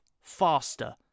faster